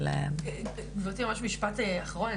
גברתי, ממש משפט אחרון.